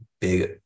big